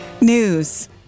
news